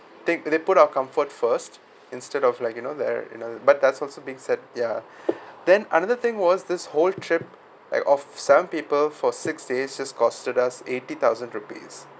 they they put our comfort first instead of like you know there another but also that's also being said ya then another thing was this whole trip like of seven people for six days just costed us eighty thousand rupees